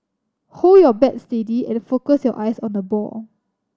hold your bat steady and focus your eyes on the ball